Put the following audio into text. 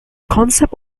concept